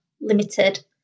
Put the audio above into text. limited